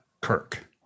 Kirk